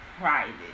private